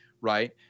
right